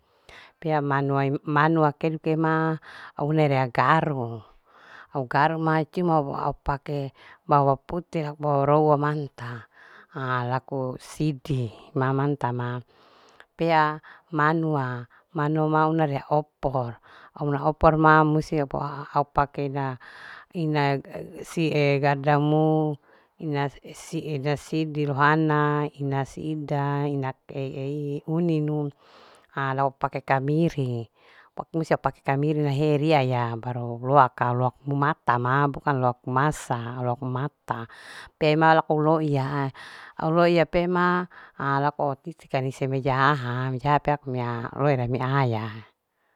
Kea manua keduke ma au une rea au garu ma cuma au pake bawang pute borowo mahe ta ha laku sidi ma manta ma pea manua, manua ma rea opor auna opor ma musti au pake ina sidi lohana. ina sida. ina ei uninu ha lau pake kemiri. pokoknya musti au pake kemiri he riaya baru au loa ka. au loa mumata ma bukan loa ku masa au loa kumata pe ima laku loiya au loiya pe ma ha laku au titika nise mejahaha, meja ma.